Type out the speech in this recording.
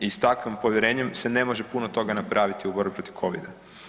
I s takvim povjerenjem se ne može puno toga napraviti u borbi protiv Covida.